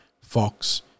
Fox